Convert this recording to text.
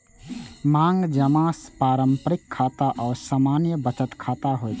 मांग जमा पारंपरिक खाता आ सामान्य बचत खाता होइ छै